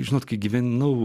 žinot kai gyvenau